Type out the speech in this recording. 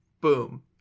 boom